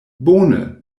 bone